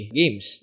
games